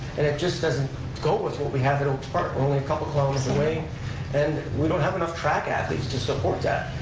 and it just doesn't go with what we have at oakes park only a couple kilometers away and we don't have enough track athletes to support that.